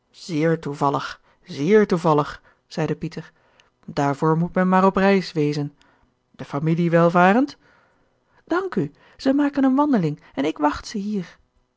zeer toevallig zeer toevallig zeide pieter daarvoor moet men maar op reis wezen de familie welvarend dank u zij maken een wandeling en ik wacht ze hier